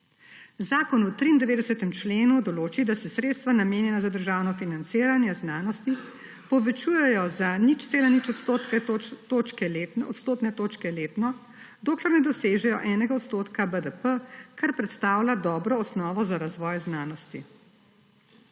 Zakon v 93. členu določi, da se sredstva, namenjena za državno financiranje znanosti, povečujejo za 0,08 odstotne točke letno, dokler ne dosežejo enega odstotka BDP, kar predstavlja dobro osnovo za razvoj znanosti.